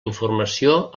informació